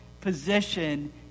position